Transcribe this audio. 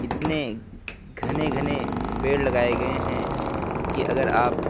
اتنے گھنے گھنے پیڑ لگائے گئے ہیں کہ اگر آپ